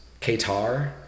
Qatar